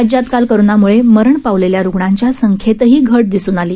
राज्यात काल कोरोनामुळे मरण पावलेल्या रुग्णांच्या संख्येतही घट दिसून आली